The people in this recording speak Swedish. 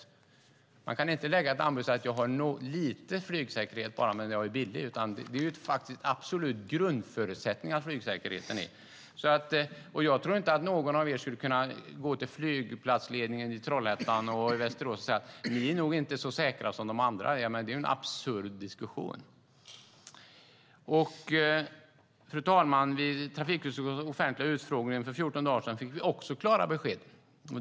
Det går inte att lägga ett anbud med att det finns lite och billig flygsäkerhet. Flygsäkerheten är en absolut grundförutsättning. Jag tror inte att någon av er skulle gå till flygplatsledningen i Trollhättan eller Västerås och säga att de inte är så säkra som andra. Det är en absurd diskussion. Fru talman! Vid trafikutskottets offentliga utfrågning för 14 dagar sedan fick vi också helt klara besked.